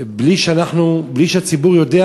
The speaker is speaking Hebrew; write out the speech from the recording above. בלי שהציבור יודע.